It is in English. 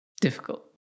Difficult